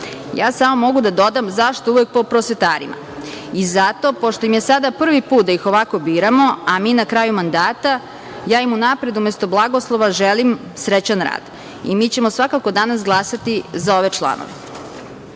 Samo mogu da dodam - zašto uvek po prosvetarima? Zato, pošto im je sada prvi put da ih ovako biramo, a mi na kraju mandata, ja im unapred, umesto blagoslova, želim srećan rad. Mi ćemo svakako danas glasati za ove